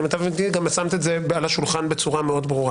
ולמיטב ידיעתי גם שמת את זה על השולחן בצורה מאוד ברורה